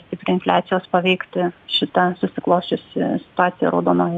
stipriai infliacijos paveikti šita susiklosčiusi situacija raudonojoj